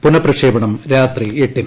പുനപ്രക്ഷേപണം രാത്രി എട്ടിയ്ട്